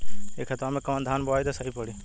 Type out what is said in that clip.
ए खेतवा मे कवन धान बोइब त सही पड़ी?